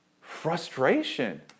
frustration